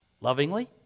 lovingly